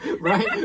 Right